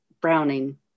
Browning